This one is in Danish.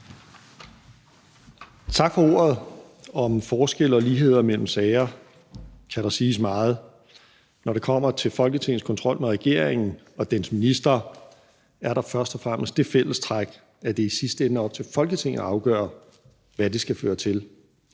Tak for ordet. Om forskelle og uligheder mellem sager kan der siges meget. Når det kommer til Folketingets kontrol med regeringen og dens ministre, er der først og fremmest det fællestræk, at det i sidste ende er op til Folketinget selv at afgøre, hvad det skal føre til.